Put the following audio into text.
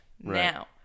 Now